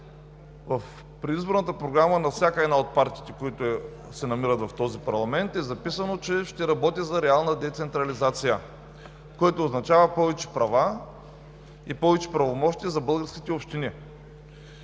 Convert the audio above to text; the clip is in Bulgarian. В предизборната програма на всяка една от партиите, които се намират в този парламент, е записано, че ще работи за реална децентрализация, което означава повече права и повече правомощия за българските общини,